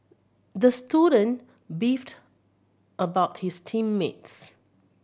the student beefed about his team mates